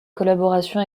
collaboration